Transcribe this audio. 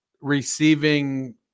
receiving